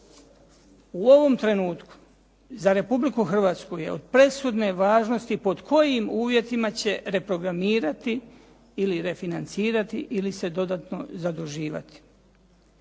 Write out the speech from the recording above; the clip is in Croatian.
U ovom trenutku za Republiku Hrvatsku je od presudne važnosti pod kojim uvjetima reprogramirati ili refinancirati ili se dodatno zaduživati.